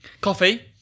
Coffee